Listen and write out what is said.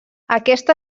aquesta